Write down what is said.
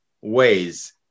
ways